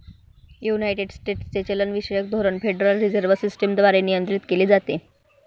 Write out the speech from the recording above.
United स्टेट्सचे चलनविषयक धोरण फेडरल रिझर्व्ह सिस्टम द्वारे नियंत्रित केले जाते